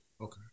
Okay